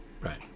Right